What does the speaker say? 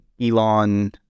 Elon